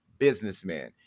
businessman